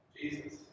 Jesus